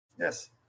Yes